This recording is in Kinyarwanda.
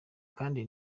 kandi